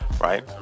right